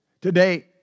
Today